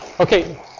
Okay